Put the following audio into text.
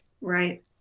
Right